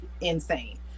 insane